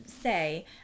say